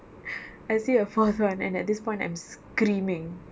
I see a fourth [one] and at this point I'm screaming